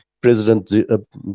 president